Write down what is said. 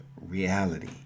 reality